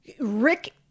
Rick